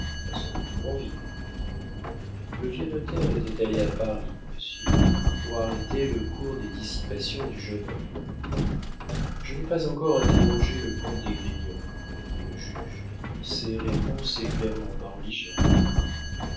à son retour en ville le vieux notaire était allé à paris monsieur pour arrêter le cours des dissipations du jeune homme je n'ai pas encore interrogé le comte d'esgrignon reprit le juge ses réponses éclaireront ma religion